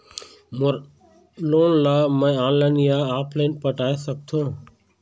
मोर loan ला मैं online या ऑफलाइन पटाए सकथों?